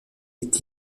est